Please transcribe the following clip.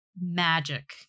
magic